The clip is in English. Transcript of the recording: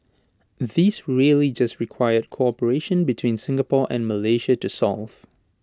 these really just required cooperation between Singapore and Malaysia to solve